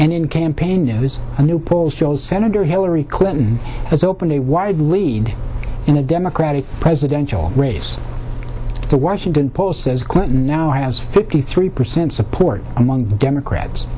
and in campaign news a new poll shows senator hillary clinton has opened a wide lead in the democratic presidential race the washington post says clinton now as fifty three percent support among democrats